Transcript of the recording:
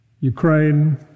Ukraine